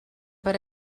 per